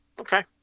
Okay